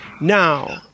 Now